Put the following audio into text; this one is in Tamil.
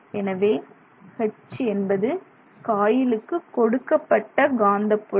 எனவே 'H' என்பது காயிலுக்கு கொடுக்கப்பட்ட காந்தப்புலம்